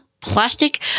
plastic